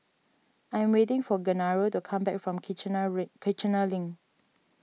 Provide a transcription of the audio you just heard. I am waiting for Genaro to come back from Kiichener Kiichener Link